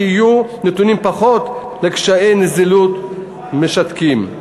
שיהיו נתונים פחות לקשיי נזילות משתקים.